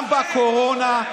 גם בקורונה,